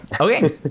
Okay